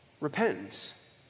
repentance